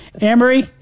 Amory